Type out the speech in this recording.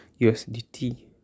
USDT